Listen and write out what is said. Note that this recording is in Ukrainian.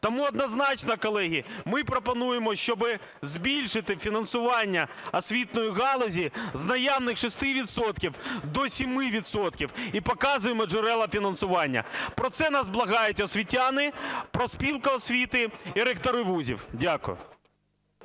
Тому однозначно, колеги, ми пропонуємо, щоб збільшити фінансування освітньої галузі з наявних 6 відсотків до 7 відсотків і показуємо джерела фінансування. Про це нас благають освітяни, профспілка освіти і ректори вузів. Дякую.